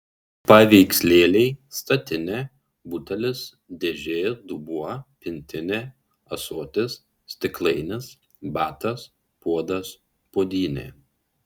paveikslėliai statinė butelis dėžė dubuo pintinė ąsotis stiklainis batas puodas puodynė